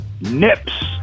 Nips